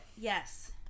yes